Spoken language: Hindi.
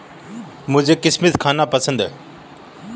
मुझें किशमिश खाना पसंद है